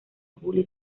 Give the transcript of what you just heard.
julio